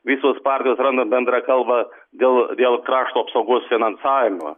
visos partijos randa bendrą kalbą dėl dėl krašto apsaugos finansavimo